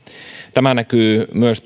tämä näkyy myös